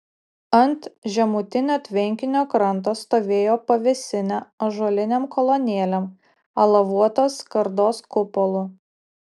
ant žemutinio tvenkinio kranto stovėjo pavėsinė ąžuolinėm kolonėlėm alavuotos skardos kupolu